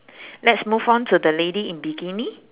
let's move on to the lady in bikini